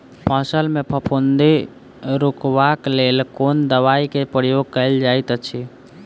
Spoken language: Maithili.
फसल मे फफूंदी रुकबाक लेल कुन दवाई केँ प्रयोग कैल जाइत अछि?